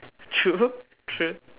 true true